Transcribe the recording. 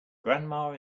grandma